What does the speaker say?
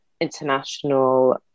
international